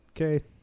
Okay